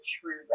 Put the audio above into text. true